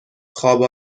خواب